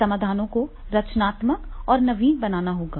समाधानों को रचनात्मक और नवीन बनाना होगा